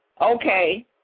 Okay